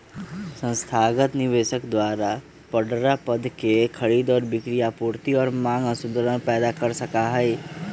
संस्थागत निवेशक द्वारा बडड़ा पद के खरीद और बिक्री आपूर्ति और मांग असंतुलन पैदा कर सका हई